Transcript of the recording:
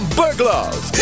burglars